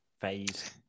phase